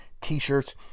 t-shirts